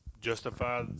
justify